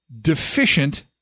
deficient